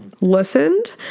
listened